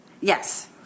Yes